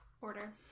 Order